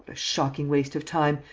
shocking waste of time!